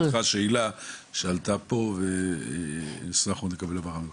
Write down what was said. שאלה שעלתה פה ונשמח מאוד לקבל הבהרה לגביה: